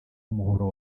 umuhoro